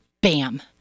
Bam